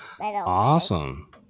Awesome